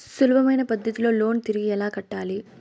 సులభమైన పద్ధతిలో లోను తిరిగి ఎలా కట్టాలి